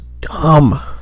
dumb